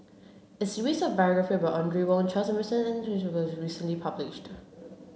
a series of biographies about Audrey Wong Charles Emmerson and Ahmad Jais was recently published